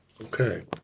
Okay